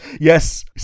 Yes